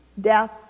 death